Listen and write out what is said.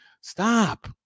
Stop